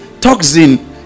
Toxin